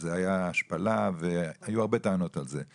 זו הייתה השפלה והיו הרבה טענות על זה.